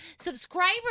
Subscribers